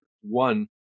one